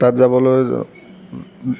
তাত যাবলৈ